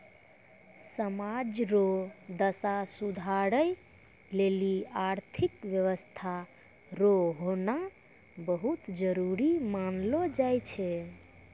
समाज रो दशा सुधारै लेली आर्थिक व्यवस्था रो होना बहुत जरूरी मानलौ जाय छै